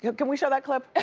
can we show that clip?